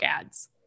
ads